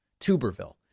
Tuberville